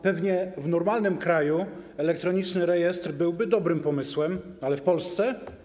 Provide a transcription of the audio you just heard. Pewnie w normalnym kraju elektroniczny rejestr byłby dobrym pomysłem, ale w Polsce?